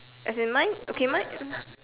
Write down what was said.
as in mine okay mine